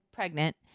pregnant